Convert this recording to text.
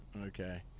Okay